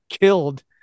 killed